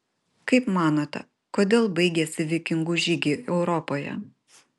kaip manote kodėl baigėsi vikingų žygiai europoje